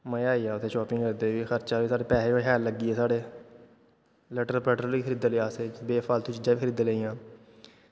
मज़ा आई गेआ उत्थें शांपिंग करदे बी खर्चा बी साढ़े पैसे बी शैल लग्गी गे साढ़े लट्टर पट्टर बी खरीदी लेआ असें बेफालतू चीजां बी खरीदी लेइयां